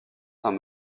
saint